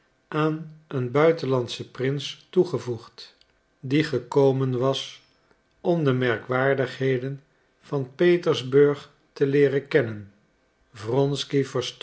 aan een buitenlandschen prins toegevoegd die gekomen was om de merkwaardigheden van petersburg te leeren kennen